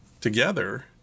together